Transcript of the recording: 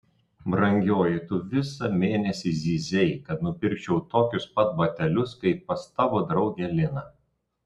brangioji tu visą mėnesį zyzei kad nupirkčiau tokius pat batelius kaip pas tavo draugę liną